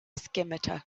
scimitar